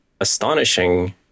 astonishing